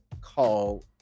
call